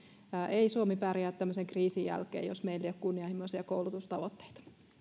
ei suomi pärjää tämmöisen kriisin jälkeen jos meillä ei ole kunnianhimoisia koulutustavoitteita